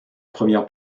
première